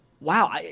wow